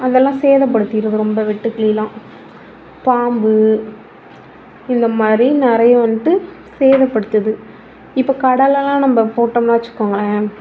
அதெல்லாம் சேதப்படுத்திவிடுது ரொம்ப வெட்டுக்கிளியெலாம் பாம்பு இந்த மாதிரி நிறைய வந்துட்டு சேதப்படுத்துது இப்போ கடலைலலாம் நம்ம போட்டோம்னால் வைச்சுக்கோங்களேன்